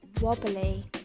wobbly